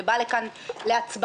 זה בא לכאן להצבעה,